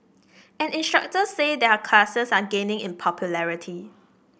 and instructors say their classes are gaining in popularity